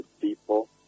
people